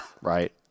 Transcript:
Right